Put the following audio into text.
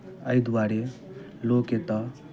एहि दुआरे लोक एतय